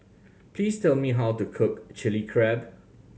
please tell me how to cook Chilli Crab